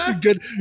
good